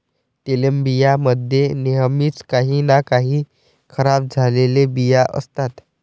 तेलबियां मध्ये नेहमीच काही ना काही खराब झालेले बिया असतात